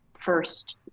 first